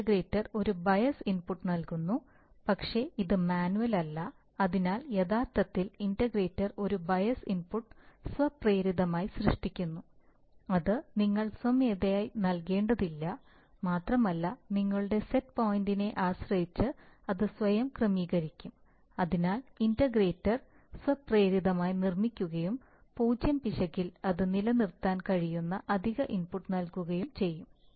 integrator ഒരു bias input നൽകുന്നു പക്ഷേ ഇത് മാനുവൽ അല്ല അതിനാൽ യഥാർത്ഥത്തിൽ ഇന്റഗ്രേറ്റർ ഒരു ബയസ് ഇൻപുട്ട് സ്വപ്രേരിതമായി സൃഷ്ടിക്കുന്നു അത് നിങ്ങൾ സ്വമേധയാ നൽകേണ്ടതില്ല മാത്രമല്ല നിങ്ങളുടെ സെറ്റ് പോയിന്റിനെ ആശ്രയിച്ച് അത് സ്വയം ക്രമീകരിക്കും അതിനാൽ ഇന്റഗ്രേറ്റർ സ്വപ്രേരിതമായി നിർമ്മിക്കുകയും പൂജ്യം പിശകിൽ അത് നിലനിർത്താൻ കഴിയുന്ന അധിക ഇൻപുട്ട് നൽകുകയും ചെയ്യും